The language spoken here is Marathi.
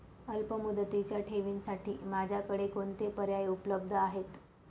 अल्पमुदतीच्या ठेवींसाठी माझ्याकडे कोणते पर्याय उपलब्ध आहेत?